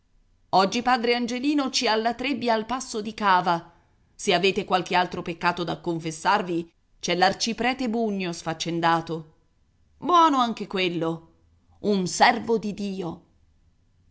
oggi padre angelino ci ha la trebbia al passo di cava se avete qualche altro peccato da confessarvi c'è l'arciprete bugno sfaccendato buono anche quello un servo di dio